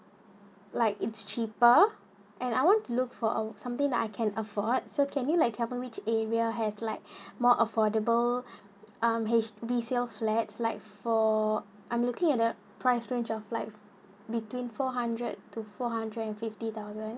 like it's cheaper and I want look for our something that I can afford so can you like helping which area has like more affordable um H_D_B resale flats like for I'm looking at the price range of like between four hundred to four hundred and fifty dollars